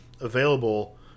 available